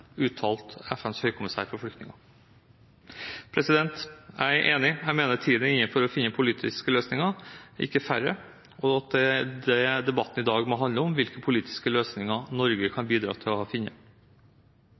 uttalte FNs høykommissær for flyktninger. Jeg er enig. Jeg mener tiden er inne for å finne politiske løsninger – ikke færre – og at det er dette debatten i dag må handle om, hvilke politiske løsninger Norge kan bidra til å finne.